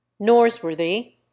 Norsworthy